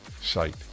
site